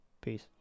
Peace